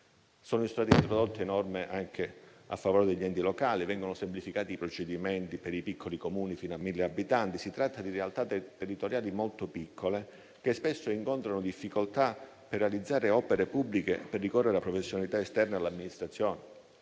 Sono state introdotte norme anche a favore degli enti locali. Vengono semplificati i procedimenti per i piccoli Comuni fino a 1.000 abitanti. Si tratta di realtà territoriali molto piccole, che spesso incontrano difficoltà per realizzare opere pubbliche e ricorrono a professionalità esterne all'amministrazione,